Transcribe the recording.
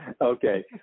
Okay